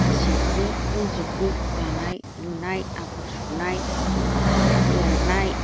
गासैखौबो रोंजोबगौ दानाय लुनाय आगर सुनाय एरनाय